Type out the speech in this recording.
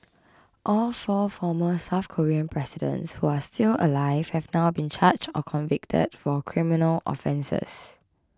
all four former South Korean presidents who are still alive have now been charged or convicted for criminal offences